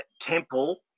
temple